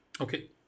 Okay